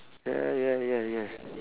ya ya ya ya